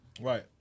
Right